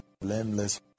blameless